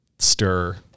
Stir